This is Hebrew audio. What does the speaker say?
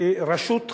רשות חדשה,